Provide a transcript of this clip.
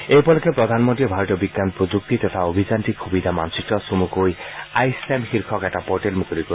এই উপলক্ষে প্ৰধানমন্ত্ৰীয়ে ভাৰতীয় বিজ্ঞান প্ৰযুক্তি তথা অভিযান্ত্ৰিক সুবিধা মানচিত্ৰ চমুকৈ আই ষ্টেম শীৰ্ষক এটা পৰ্টেল মুকলি কৰিব